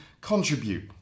contribute